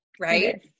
right